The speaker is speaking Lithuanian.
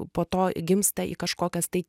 po to gimsta į kažkokias tai